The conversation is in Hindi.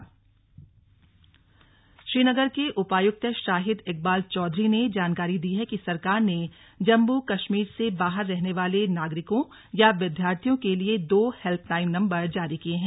स्लग हेल्पलाइन नंबर श्रीनगर के उपायुक्त शाहिद इकबाल चौधरी ने जानकारी दी है कि सरकार ने जम्मू कश्मीर से बाहर रहने वाले नागरिकों या विद्यार्थियों के लिए दो हैल्पलाइन नम्बर जारी किए हैं